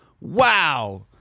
wow